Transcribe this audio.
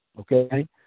okay